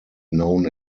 known